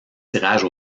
tirage